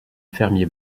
fermier